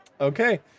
Okay